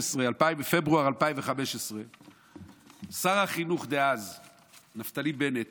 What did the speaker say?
בפברואר 2015 שר החינוך דאז נפתלי בנט